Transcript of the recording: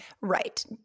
Right